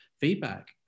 feedback